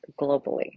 globally